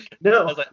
no